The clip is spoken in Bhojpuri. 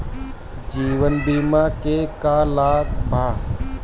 जीवन बीमा के का लाभ बा?